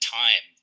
time